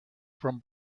from